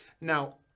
Now